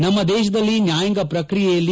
ನಮ್ಮ ದೇಶದಲ್ಲಿ ನ್ಯಾಯಾಂಗ ಪ್ರಕ್ರಿಯೆಯಲ್ಲಿ